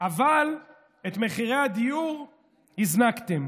אבל את מחירי הדיור הזנקתם.